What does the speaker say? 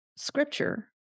Scripture